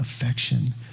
affection